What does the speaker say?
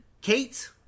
Kate